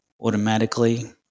automatically